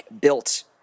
built